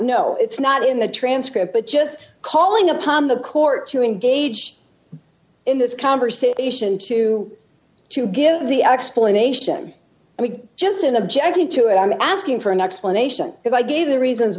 know it's not in the transcript but just calling upon the court to engage in this conversation to to give the explanation i mean just in objected to it i'm asking for an explanation if i gave the reasons